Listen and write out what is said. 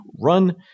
run